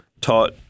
taught